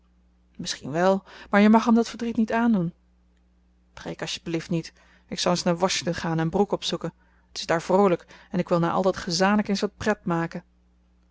misschien wel maar je mag hem dat verdriet niet aandoen preek als t je belieft niet ik zal eens naar washington gaan en brooke opzoeken het is daar vroolijk en ik wil na al dat gezanik eens wat